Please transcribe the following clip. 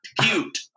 cute